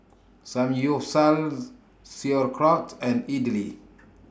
Samgyeopsal Sauerkraut and Idili